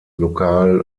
lokal